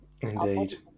Indeed